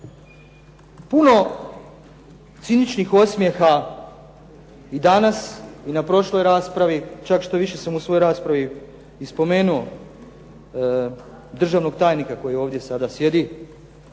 Puno ciničnih osmjeha i danas i na prošloj raspravi, čak štoviše sam u svojoj raspravi i spomenuo državnog tajnika koji ovdje sjedi